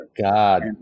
god